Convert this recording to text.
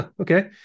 Okay